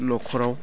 न'खराव